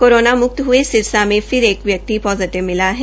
corona मुक्त हये सिरसा में फिर एक व्यक्ति पोजिटिव मिला है